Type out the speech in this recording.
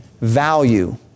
value